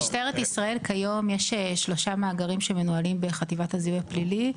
במשטרת ישראל כיום יש שלושה מאגרים שמנוהלים בחטיבת הזיהוי הפלילי,